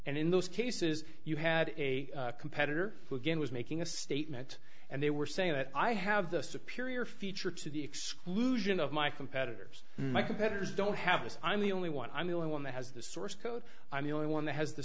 and in those cases you had a competitor who again was making a statement and they were saying that i have the superior feature to the exclusion of my competitors my competitors don't have this i'm the only one i'm the only one that has the source code i'm the only one that has th